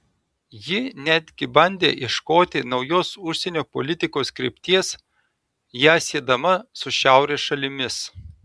ji netgi bandė ieškoti naujos užsienio politikos krypties ją siedama su šiaurės šalimis